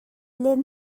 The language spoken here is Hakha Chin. len